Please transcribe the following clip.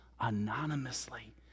anonymously